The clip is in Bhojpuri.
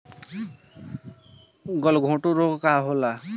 गलघोंटु रोग का होला?